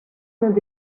над